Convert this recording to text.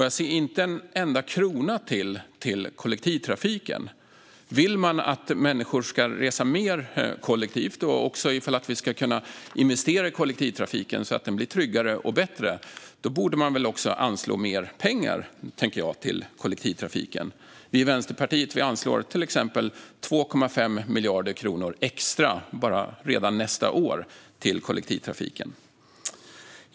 Jag ser inte en enda krona ytterligare till kollektivtrafiken. Om man vill att människor ska resa mer kollektivt, och om man vill investera i kollektivtrafiken så att den blir tryggare och bättre, då borde man väl också anslå mer pengar till kollektivtrafiken. Vi i Vänsterpartiet anslår till exempel 2,5 miljarder kronor extra redan nästa år till kollektivtrafiken.